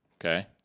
Okay